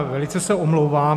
Velice se omlouvám.